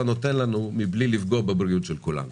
נותן לנו מבלי לפגוע בבריאות של כולנו.